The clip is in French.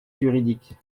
juridique